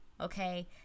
Okay